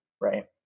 right